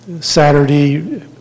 Saturday